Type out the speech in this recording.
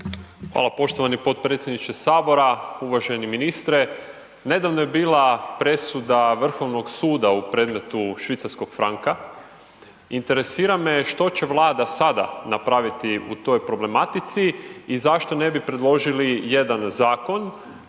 Hvala poštovani potpredsjedniče HS. Uvaženi ministre, nedavno je bila presuda Vrhovnog suda u predmetu švicarskog franka, interesira me što će Vlada sada napraviti u toj problematici i zašto ne bi predložili jedan zakon